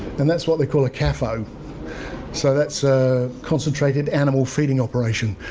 and that's what they call a cafo so that's a concentrated animal feeding operation.